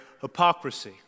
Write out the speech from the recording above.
hypocrisy